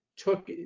took